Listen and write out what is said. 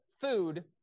food